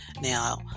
Now